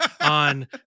on